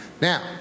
Now